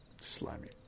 slimy